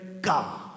God